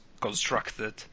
constructed